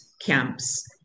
camps